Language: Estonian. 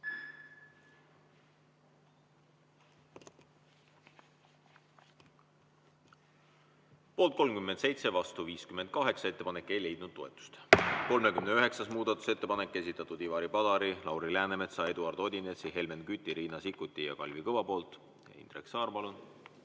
Poolt 37, vastu 58. Ettepanek ei leidnud toetust.39. muudatusettepanek, esitanud Ivari Padar, Lauri Läänemets, Eduard Odinets, Helmen Kütt, Riina Sikkut ja Kalvi Kõva. Indrek Saar, palun!